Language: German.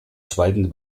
zweiten